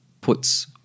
puts